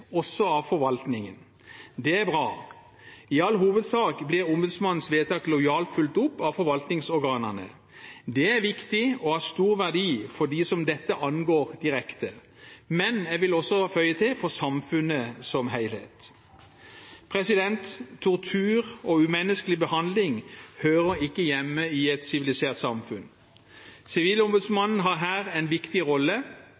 også av forvaltningen. Det er bra. I all hovedsak blir ombudsmannens vedtak lojalt fulgt opp av forvaltningsorganene. Det er viktig og av stor verdi for dem som dette angår direkte, men – jeg vil føye til – også for samfunnet som helhet. Tortur og umenneskelig behandling hører ikke hjemme i et sivilisert samfunn. Sivilombudsmannen har her en viktig rolle.